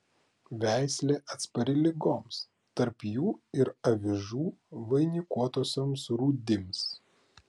veislė atspari ligoms tarp jų ir avižų vainikuotosioms rūdims